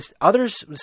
Others